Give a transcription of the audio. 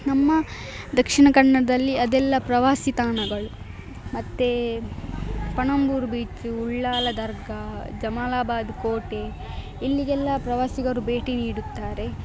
ನಮ್ಮ ದಕ್ಷಿಣ ಕನ್ನಡದಲ್ಲಿ ಅದೆಲ್ಲ ಪ್ರವಾಸಿ ತಾಣಗಳು ಮತ್ತು ಪಣಂಬೂರು ಬೀಚು ಉಳ್ಳಾಲ ದರ್ಗಾ ಜಮಾಲಾಬಾದ್ ಕೋಟೆ ಇಲ್ಲಿಗೆಲ್ಲ ಪ್ರವಾಸಿಗರು ಭೇಟಿ ನೀಡುತ್ತಾರೆ